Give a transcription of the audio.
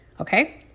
Okay